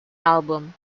album